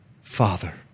father